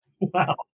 Wow